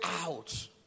out